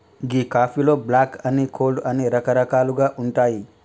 గీ కాఫీలో బ్లాక్ అని, కోల్డ్ అని రకరకాలుగా ఉంటాయి